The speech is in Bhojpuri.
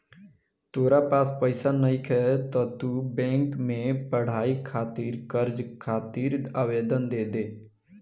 तोरा पास पइसा नइखे त तू बैंक में पढ़ाई खातिर कर्ज खातिर आवेदन दे दे